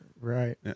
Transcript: Right